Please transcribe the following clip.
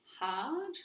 hard